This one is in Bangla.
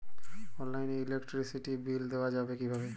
অনলাইনে ইলেকট্রিসিটির বিল দেওয়া যাবে কিভাবে?